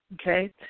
okay